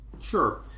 Sure